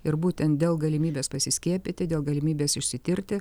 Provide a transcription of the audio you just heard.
ir būtent dėl galimybės pasiskiepyti dėl galimybės išsitirti